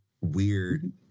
weird